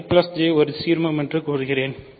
I J ஒரு சீர்மம் என்று கூறுகிறேன்